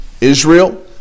Israel